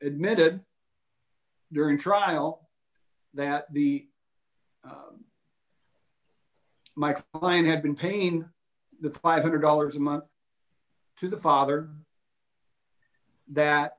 admitted during trial that the mike plane had been pain the five hundred dollars a month to the father that